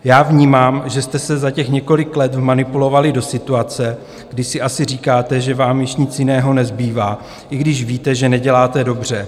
Já vnímám, že jste se za těch několik let vmanipulovali do situace, kdy si asi říkáte, že vám již nic jiného nezbývá, i když víte, že neděláte dobře.